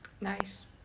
nice